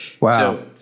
Wow